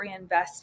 reinvesting